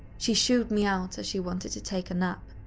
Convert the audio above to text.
she shooed me out as she wanted to take a nap.